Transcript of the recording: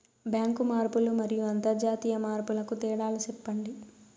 Bank మార్పులు మరియు అంతర్జాతీయ మార్పుల కు తేడాలు సెప్పండి?